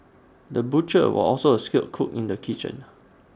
the butcher was also A skilled cook in the kitchen